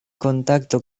contacto